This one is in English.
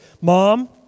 Mom